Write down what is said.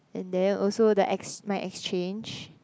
and then also the ex~ my exchange